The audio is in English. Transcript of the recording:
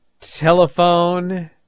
telephone